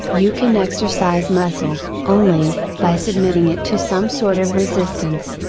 you can exercise muscle, only, by submitting it to some sort of resistance.